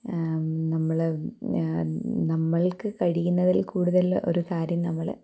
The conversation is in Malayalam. നമ്മള് നമ്മള്ക്ക് കഴിയിന്നതില് കൂടുതല് ഒരു കാര്യം നമ്മള്